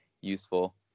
useful